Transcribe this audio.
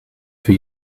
for